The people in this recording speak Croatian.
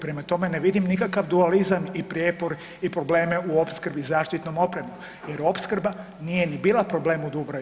Prema tome ne vidim nikakav dualizam i prijepor i probleme u opskrbi zaštitnom opremom, jer opskrba nije ni bila problem u Dubravi.